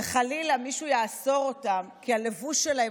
וחלילה מישהו יאסור אותן כי הלבוש שלהן